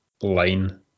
line